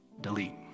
Delete